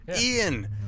Ian